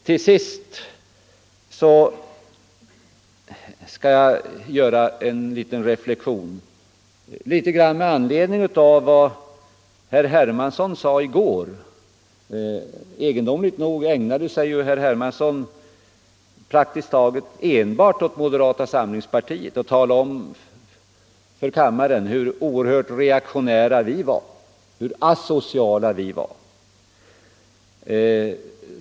Till sist vill jag göra en liten reflexion. Egendomligt nog = allmänna pensionsägnade sig herr Hermansson i går praktiskt taget enbart åt moderata åldern, m.m. samlingspartiet och talade om för kammaren hur oerhört reaktionära och asociala vi var.